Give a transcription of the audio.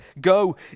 go